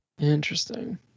Interesting